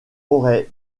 auraient